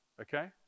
okay